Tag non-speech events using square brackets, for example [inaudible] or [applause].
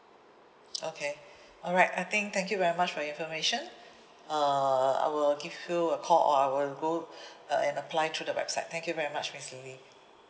okay alright I think thank you very much for your information uh I will give you a call or I will go [breath] uh and apply through the website thank you very much miss lily